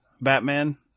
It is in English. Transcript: Batman